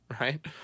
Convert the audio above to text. right